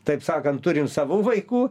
taip sakant turim savų vaikų